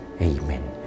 Amen